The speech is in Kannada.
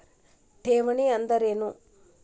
ಠೇವಣಿ ಅಂದ್ರೇನು?